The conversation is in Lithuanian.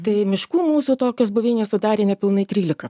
tai miškų mūsų tokios buveinės sudarė nepilnai trylika